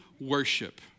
worship